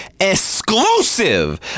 exclusive